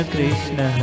Krishna